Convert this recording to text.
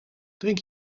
drink